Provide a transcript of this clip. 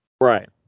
Right